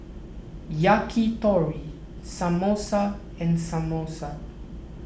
Yakitori Samosa and Samosa